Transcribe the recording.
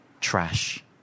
Trash